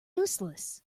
useless